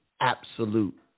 absolute